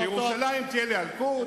תודה,